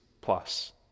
plus